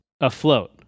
afloat